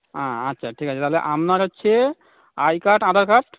আচ্ছা ঠিক আছে তাহলে আপনার হচ্ছে আই কার্ড আধার কার্ড